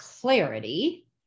clarity